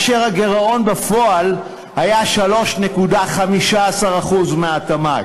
והגירעון בפועל היה 3.15% מהתמ"ג.